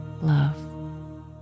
love